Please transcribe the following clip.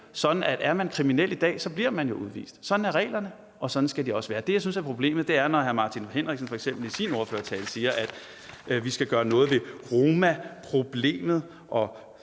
i dag, at er man kriminel, bliver man udvist. Sådan er reglerne, og sådan skal det også være. Det, jeg synes er problemet, er, at når hr. Martin Henriksen f.eks. i sin ordførertale siger, at vi skal gøre noget ved romaproblemet